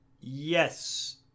Yes